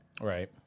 right